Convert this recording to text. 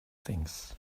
things